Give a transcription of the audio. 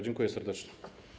Dziękuję serdecznie.